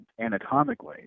anatomically